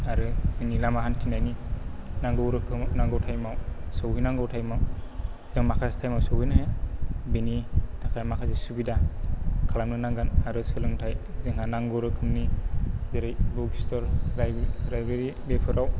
आरो जोंनि लामा हान्थिनायनि नांगौ रोखोम नांगौ थाइमाव सौहैनांगौ थाइमाव जों माखासे सहैनो हाया बेनि थाखाय माखासे सुबिदा खालामनो नांगोन आरो सोलोंथाइ जोंहा नांगौ रोखोमनि जेरै बुख्स स्थर लाइब्रेरि बेफोराव